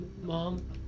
Mom